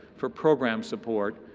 for program support,